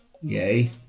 Yay